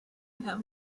have